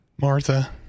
Martha